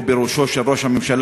הוא בראשו של ראש הממשלה,